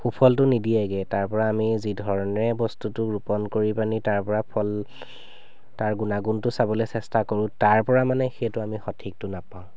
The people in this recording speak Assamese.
সুফলটো নিদিয়েগৈ তাৰ পৰা আমি যি ধৰণেৰে বস্তুটো ৰোপণ কৰি পেনি তাৰ পৰা ফল তাৰ গুণাগুণটো চাবলৈ চেষ্টা কৰোঁ তাৰ পৰা মানে সেইটো আমি সঠিকটো নেপাওঁ